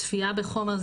צפייה בחומר,